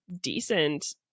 decent